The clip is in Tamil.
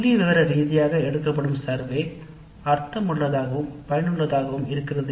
புள்ளிவிவர ரீதியாக எடுக்கப்படும் கணக்கெடுப்பு அர்த்தமுள்ளதாகவும் பயனுள்ளதாகவும் இருக்கிறது